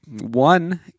One